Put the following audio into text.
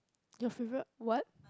your favourite what